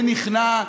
ונכנע.